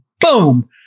boom